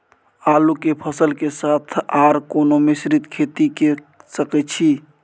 आलू के फसल के साथ आर कोनो मिश्रित खेती के सकैछि?